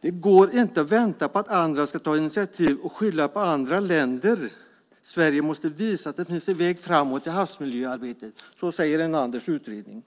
Det går inte att vänta på att andra ska ta initiativ och att skylla på andra länder. Sverige måste visa att det finns en väg framåt i havsmiljöarbetet. Så säger Enanders utredning.